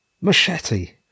machete